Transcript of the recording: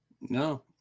No